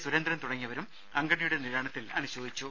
സുരേന്ദ്രൻ തുടങ്ങിയവരും അംഗഡിയുടെ നിര്യാണത്തിൽ അനുശോചിച്ചു